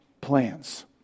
plans